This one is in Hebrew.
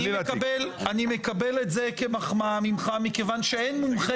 אני מקבל את זה כמחמאה ממך מכיוון שאין מומחה